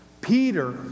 Peter